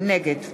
נגד